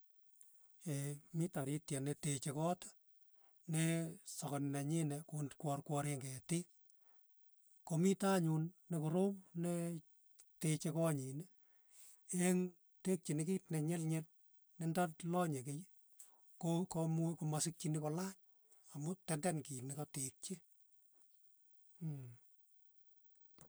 Ee mii tarityet neteche kot ne sakani nenyine kun kwarkwaren ketik, komito anyun nekorom neteche koo nyin ii eng' tekchini kit ne nyelnyel, ne ntalanye kei, ko komu komasikchini kolany amu tenden kit nakatekchi mmh.